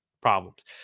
problems